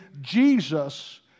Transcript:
Jesus